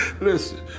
Listen